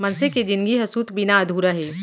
मनसे के जिनगी ह सूत बिना अधूरा हे